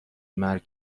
مرگ